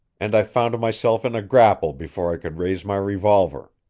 and i found myself in a grapple before i could raise my revolver.